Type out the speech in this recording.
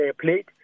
played